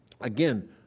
Again